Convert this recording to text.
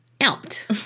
out